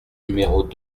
numéros